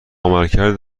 عملکرد